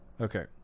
Okay